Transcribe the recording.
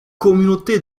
communauté